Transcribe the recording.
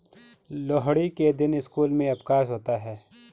लोहड़ी के दिन स्कूल में अवकाश होता है